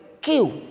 kill